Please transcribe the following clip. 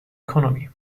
economy